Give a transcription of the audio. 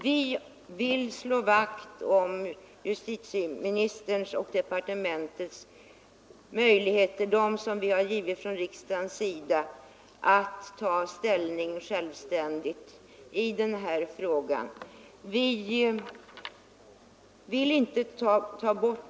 Vi vill slå vakt om de möjligheter som givits till justitieministern och departementet att självständigt ta ställning i den här frågan.